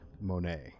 Monet